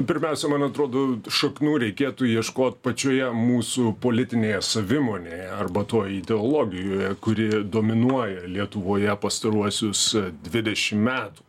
pirmiausia man atrodo šaknų reikėtų ieškot pačioje mūsų politinėje savimonėje arba toj ideologijoje kuri dominuoja lietuvoje pastaruosius dvidešim metų